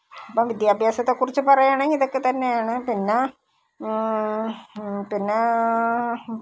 അപ്പം വിദ്യാഭ്യാസത്തെക്കുറിച്ച് പറയുകയാണങ്കിൽ ഇതക്കെ തന്നെയാണ് പിന്നെ പിന്നെ